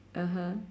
(uh huh)